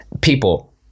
people